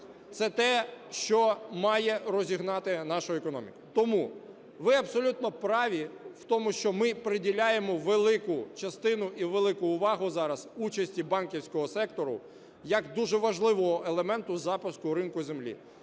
Це те, що має розігнати нашу економіку. Тому ви абсолютно праві в тому, що ми приділяємо велику частину і велику увагу зараз участі банківського сектору як дуже важливого елементу запуску ринку землі.